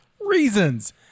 reasons